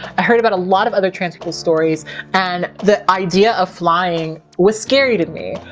i heard about a lot of other trans people's stories and the idea of flying was scary to me.